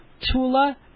Tula